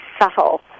subtle